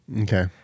okay